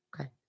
Okay